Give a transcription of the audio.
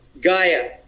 Gaia